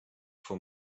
for